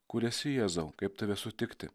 kur esi jėzau kaip tave sutikti